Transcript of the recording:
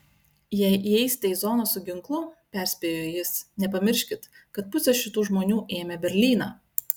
jei įeisite į zoną su ginklu perspėjo jis nepamirškit kad pusė šitų žmonių ėmė berlyną